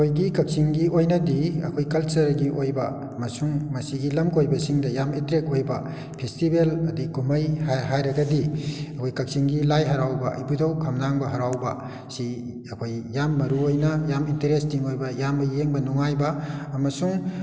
ꯑꯩꯈꯣꯏꯒꯤ ꯀꯛꯆꯤꯡꯒꯤ ꯑꯣꯏꯅꯗꯤ ꯑꯩꯈꯣꯏ ꯀꯜꯆꯔꯦꯜꯒꯤ ꯑꯣꯏꯕ ꯑꯃꯁꯨꯡ ꯃꯁꯤꯒꯤ ꯂꯝ ꯀꯣꯏꯕꯁꯤꯡꯗ ꯌꯥꯝ ꯑꯦꯇ꯭ꯔꯦꯛ ꯑꯣꯏꯕ ꯐꯦꯁꯇꯤꯕꯦꯜ ꯑꯗꯩ ꯀꯨꯝꯍꯩ ꯍꯥꯏꯔꯒꯗꯤ ꯑꯩꯈꯣꯏ ꯀꯛꯆꯤꯡꯒꯤ ꯂꯥꯏ ꯍꯔꯥꯎꯕ ꯏꯕꯨꯙꯧ ꯈꯝꯂꯥꯡꯕ ꯍꯔꯥꯎꯕ ꯁꯤ ꯑꯩꯈꯣꯏ ꯌꯥꯝ ꯃꯔꯨ ꯑꯣꯏꯅ ꯌꯥꯝ ꯏꯟꯇꯔꯦꯁꯇꯤꯡ ꯑꯣꯏꯕ ꯌꯥꯝꯅ ꯌꯦꯡꯕ ꯅꯨꯡꯉꯥꯏꯕ ꯑꯃꯁꯨꯡ